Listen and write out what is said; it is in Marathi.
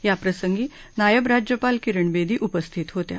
याप्रसंगी नायब राज्यपाल किरण बेदी उपस्थित होत्या